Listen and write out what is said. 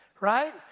right